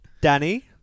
Danny